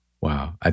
Wow